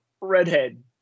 redhead